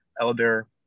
elder